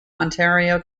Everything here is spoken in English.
ontario